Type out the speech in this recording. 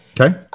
Okay